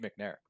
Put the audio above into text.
McNair